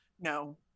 No